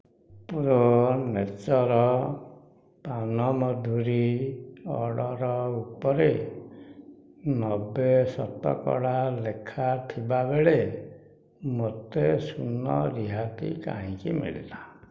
pro nature ପାନମଧୁରୀ order ଉପରେ ନବେ ଶତକଡ଼ା ଲେଖା ଥିବାବେଳେ ମୋତେ ଶୂନ ରିହାତି କାହିଁକି ମିଳିଲା